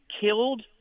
killed